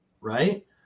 right